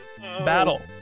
Battle